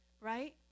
right